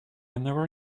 never